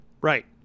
Right